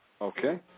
Okay